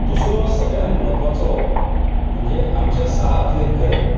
दुसरो सगळ्यांत म्हत्वाचो म्हणजे आमच्या साळांतले गडे